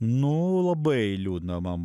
nu labai liūdna man